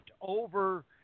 over